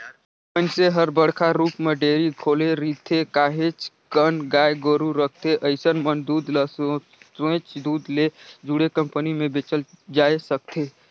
जेन मइनसे हर बड़का रुप म डेयरी खोले रिथे, काहेच कन गाय गोरु रखथे अइसन मन दूद ल सोयझ दूद ले जुड़े कंपनी में बेचल जाय सकथे